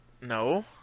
no